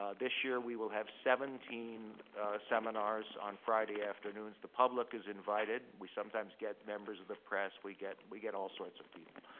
ah this year, we will have seventeen seminars on friday afternoons. the public is invited. we sometimes get members of the press. we get we get all sorts of people.